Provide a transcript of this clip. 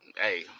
Hey